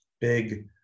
big